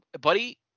Buddy